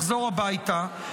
לחזור הביתה,